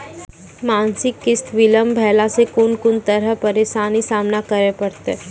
मासिक किस्त बिलम्ब भेलासॅ कून कून तरहक परेशानीक सामना करे परतै?